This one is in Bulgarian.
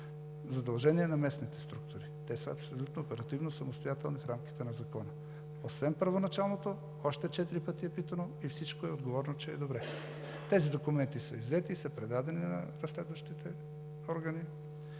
задължение е на местните структури, те са абсолютно оперативно самостоятелни в рамките на закона. Освен първоначалното, още четири пъти е питано, и е отговорено, че всичко е добре. Тези документи са иззети и са предадени на разследващите органи.